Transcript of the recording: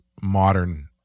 modern